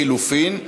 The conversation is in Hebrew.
לחלופין.